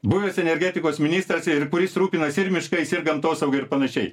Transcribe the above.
buvęs energetikos ministras ir kuris rūpinasi ir miškais ir gamtosauga ir panašiai